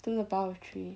two to the power of three